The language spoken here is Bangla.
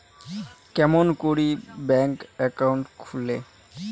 কেমন করি ব্যাংক একাউন্ট খুলে?